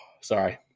Sorry